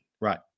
Right